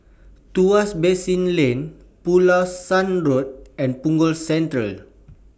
Tuas Basin Lane Pulasan Road and Punggol Central